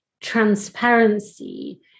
transparency